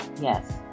Yes